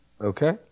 Okay